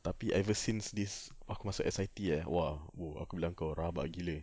tapi ever since this aku masuk S_I_T eh !wah! !wow! aku bilang kau rabak gila